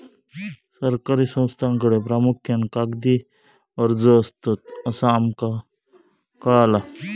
सरकारी संस्थांकडे प्रामुख्यान कागदी अर्ज असतत, असा आमका कळाला